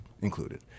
included